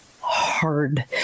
hard